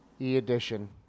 E-Edition